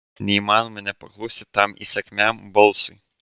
neįmanoma nepaklusti tam įsakmiam balsui